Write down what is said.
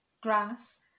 grass